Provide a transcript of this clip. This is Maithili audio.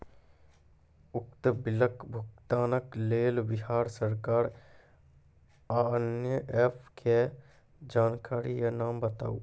उक्त बिलक भुगतानक लेल बिहार सरकारक आअन्य एप के जानकारी या नाम बताऊ?